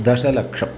दशलक्षम्